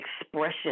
expression